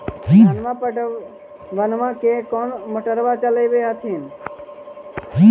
धनमा पटबनमा ले कौन मोटरबा चलाबा हखिन?